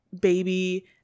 baby